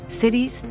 cities